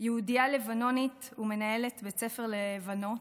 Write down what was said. יהודייה לבנונית ומנהלת בית ספר לבנות,